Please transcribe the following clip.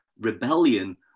rebellion